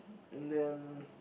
and then